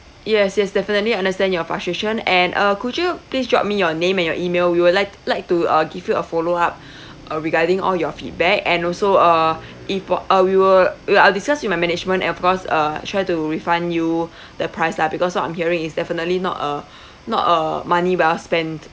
yes yes definitely I understand your frustration and uh could you please drop me your name and your email we would like like to uh give you a follow up uh regarding all your feedback and also uh if po~ uh we will wait I'll discuss with my management and of course uh try to refund you the price lah because what I'm hearing is definitely not a not a money well spent